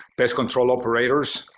pest control operators.